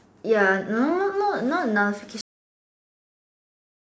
ya no no no not it's more like a suppression